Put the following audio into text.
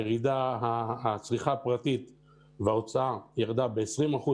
הצריכה הפרטית וההוצאה ירדה ב-20%,